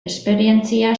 esperientzia